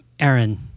Aaron